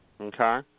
Okay